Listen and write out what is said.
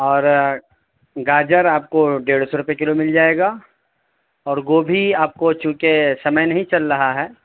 اور گاجر آپ کو ڈیڑھ سو روپئے کلو مل جائے گا اور گوبھی آپ کو چوںکہ سمئے نہیں چل رہا ہے